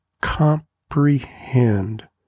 comprehend